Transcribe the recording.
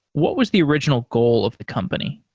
what was the original goal of the company?